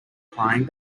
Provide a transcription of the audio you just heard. crying